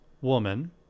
woman